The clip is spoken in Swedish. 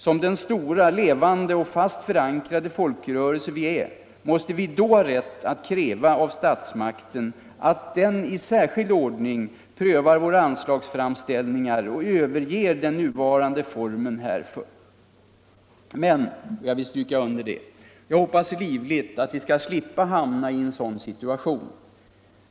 Som den stora, levande och fast förankrade folkrörelse vi är måste vi då ha rätt att kräva av statsmakten att den i särskild ordning prövar våra anslagsframställningar och överger den nuvarande formen härför. Men jag hoppas livligt att vi skall slippa hamna i en sådan situation.